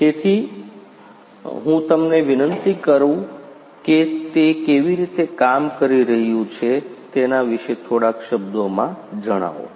તેથી શું હું તમને વિનંતી કરી શકું છું કે તે કેવી રીતે કામ કરી રહ્યું છે તેના વિશે થોડાક શબ્દો માં જણાવો